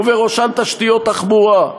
ובראשן תשתיות תחבורה,